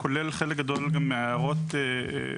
הוא כולל חלק גדול מההערות שהשמענו,